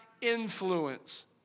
influence